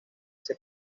ese